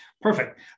perfect